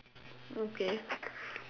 okay